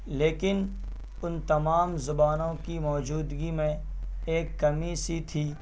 لیکن ان تمام زبانوں کی موجودگی میں ایک کمی سی تھی